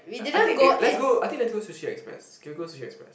I think eh let's go I think let's go Sushi-Express can we go SushiExpress